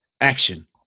action